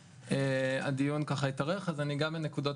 הדיון התארך אז אני אגע בנקודות